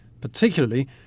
particularly